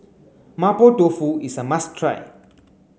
Mapo Tofu is a must try